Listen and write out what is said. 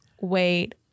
wait